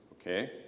Okay